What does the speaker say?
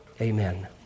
Amen